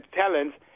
talents